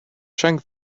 cheng